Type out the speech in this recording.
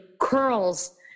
curls